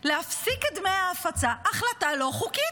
להפסיק את דמי ההפצה, החלטה לא חוקית.